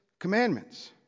Commandments